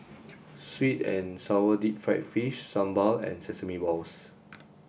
sweet and sour deep fried fish sambal and sesame balls